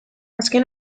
azken